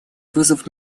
вызов